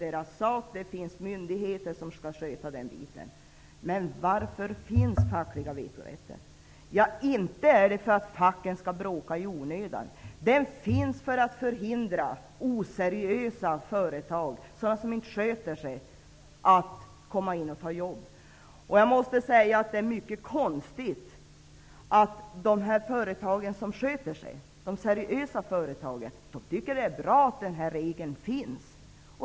Man tycks mena att det finns myndigheter som skall sköta den biten. Varför finns då den fackliga vetorätten? Ja, inte för att facken skall bråka i onödan. Den fackliga vetorätten finns för att förhindra oseriösa företag, företag som inte sköter sig, att komma in och ta jobb. Jag måste säga att det är mycket konstigt att de företag som sköter sig, de seriösa företagen, tycker att det är bra att den här regeln finns.